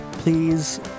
Please